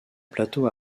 plateau